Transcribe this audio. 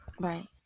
Right